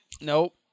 nope